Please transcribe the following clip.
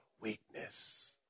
weakness